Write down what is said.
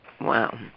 wow